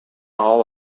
all